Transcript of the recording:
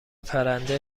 پرنده